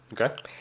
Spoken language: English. Okay